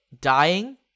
dying